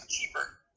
cheaper